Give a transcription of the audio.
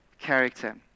character